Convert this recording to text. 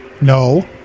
No